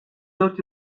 dört